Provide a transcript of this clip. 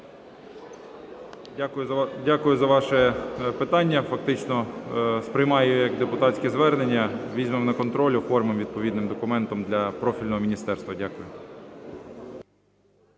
Дякую за ваше питання. Фактично сприймаю його як депутатське звернення. Візьмемо на контроль, оформимо відповідним документом для профільного міністерства. Дякую.